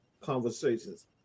conversations